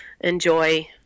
enjoy